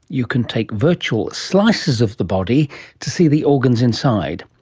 you can take virtual slices of the body to see the organs inside.